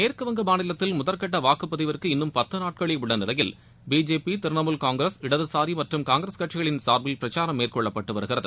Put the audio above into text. மேற்குவங்க மாநிலத்தில் முதற்கட்ட வாக்குப்பதிவிற்கு இன்னும் பத்து நாட்களே உள்ள நிலையில் பிஜேபி திரிணமுல் காங்கிரஸ் இடதுசாரி மற்றும் காங்கிரஸ் கட்சிகளின் சார்பில் பிரசாரம் மேற்கொள்ளப்பட்டு வருகிறது